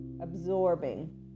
absorbing